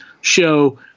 show